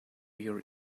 your